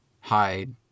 hide